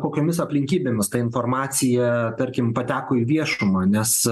kokiomis aplinkybėmis ta informacija tarkim pateko į viešumą nes